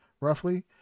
roughly